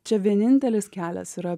čia vienintelis kelias yra